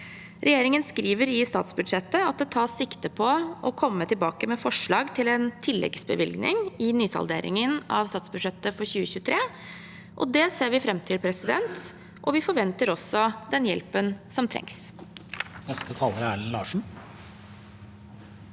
Regjeringen skriver i statsbudsjettet at det tas sikte på å komme tilbake med forslag til en tilleggsbevilgning i nysalderingen av statsbudsjettet for 2023. Det ser vi fram til, og vi forventer også den hjelpen som trengs.